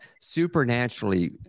supernaturally